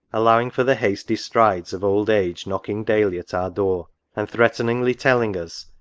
allowing for the hasty strides of old age knocking daily at our door, and threateningly telling us,